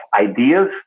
ideas